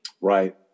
Right